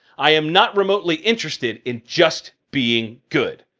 i am not remotely interested in just being good.